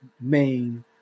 main